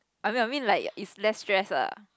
I mean I mean like is less stress lah